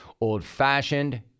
Old-fashioned